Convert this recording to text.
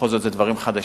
בכל זאת אלה דברים חדשים